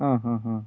ആ ഹാ ഹാ